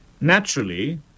Naturally